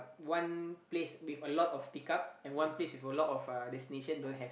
one place with a lot of pick up and one place with a lot of uh destination don't have